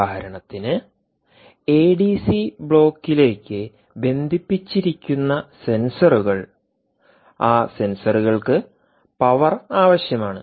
ഉദാഹരണത്തിന് ADC ബ്ലോക്കിലേയ്ക്ക് ബന്ധിപ്പിച്ചിരിക്കുന്ന സെൻസറുകൾ ആ സെൻസറുകൾക്ക് പവർ ആവശ്യമാണ്